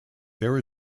there